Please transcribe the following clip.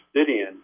obsidian